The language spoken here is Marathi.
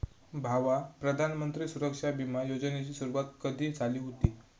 भावा, प्रधानमंत्री सुरक्षा बिमा योजनेची सुरुवात कधी झाली हुती